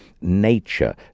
nature